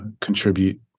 contribute